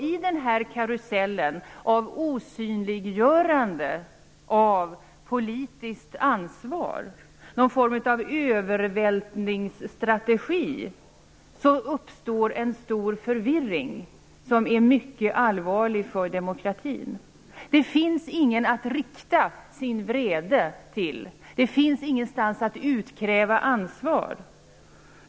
I den här karusellen av osynliggörande av politiskt ansvar, någon form av övervältringsstrategi, uppstår en stor förvirring som är mycket allvarlig för demokratin. Det finns ingen att rikta sin vrede till. Det finns ingenstans att utkräva ansvar.